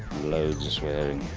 loads of swearing.